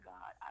God